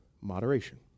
moderation